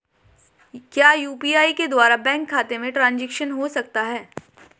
क्या यू.पी.आई के द्वारा बैंक खाते में ट्रैन्ज़ैक्शन हो सकता है?